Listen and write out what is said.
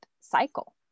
cycle